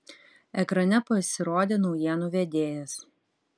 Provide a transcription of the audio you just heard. ekrane pasirodė naujienų vedėjas